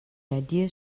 ideas